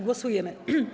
Głosujemy.